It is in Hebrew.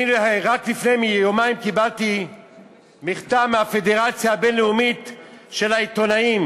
אני רק לפני יומיים קיבלתי מכתב מהפדרציה הבין-לאומית של העיתונאים,